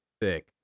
thick